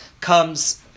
comes